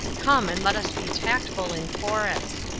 come and let us be tactful in chorus.